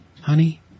honey